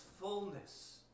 fullness